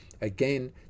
Again